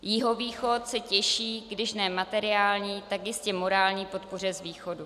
Jihovýchod se těší když ne materiální, tak jistě morální podpoře z východu.